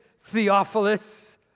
Theophilus